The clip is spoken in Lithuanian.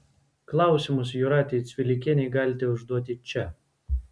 klausimus jūratei cvilikienei galite užduoti čia